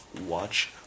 watch